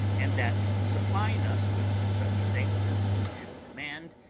and that, supplying us with such things as we should demand,